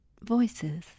voices